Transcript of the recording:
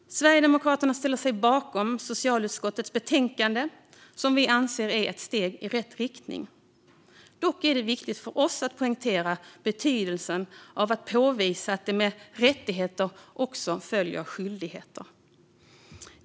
Sverigedemokraterna ställer sig bakom socialutskottets förslag i betänkandet, som vi anser är ett steg i rätt riktning. Dock är det viktigt för oss att poängtera betydelsen av att påvisa att det med rättigheter också följer skyldigheter.